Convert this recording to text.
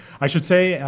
i should say,